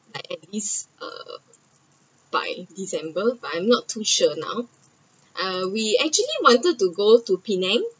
like at least uh by december but I’m not too sure now uh we actually wanted to go to penang